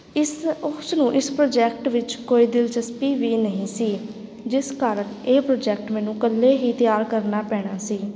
ਇਸ ਉਸਨੂੰ ਇਸ ਪ੍ਰੋਜੈਕਟ ਵਿੱਚ ਕੋਈ ਦਿਲਚਸਪੀ ਵੀ ਨਹੀਂ ਸੀ ਜਿਸ ਕਾਰਨ ਇਹ ਪ੍ਰੋਜੈਕਟ ਮੈਨੂੰ ਇਕੱਲੇ ਹੀ ਤਿਆਰ ਕਰਨਾ ਪੈਣਾ ਸੀ